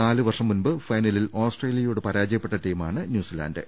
നാലുവർഷം മുമ്പ് ഫൈന ലിൽ ഓസ്ട്രേലിയയോട് പരാജയപ്പെട്ട ടീമാണ് ന്യൂസി ലാൻഡ്